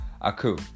Aku